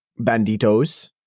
banditos